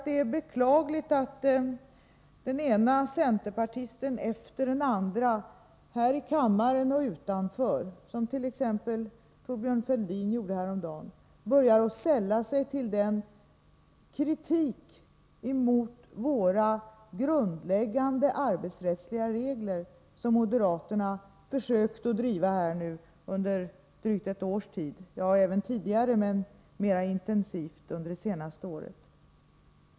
Det är beklagligt att den ena centerpartisten efter den andra här i kammaren och utanför, som t.ex. Thorbjörn Fälldin gjorde häromdagen, börjar ansluta sig till den kritik emot våra grundläggande arbetsrättsliga regler som moderaterna försökt driva mer intensivt under drygt ett år — ja, även tidigare, men mer intensivt nu senast.